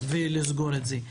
ולסגור את זה.